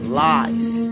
lies